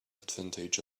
advantage